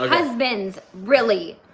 husbands, really.